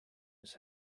his